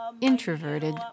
introverted